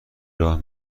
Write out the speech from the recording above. راه